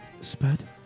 Spud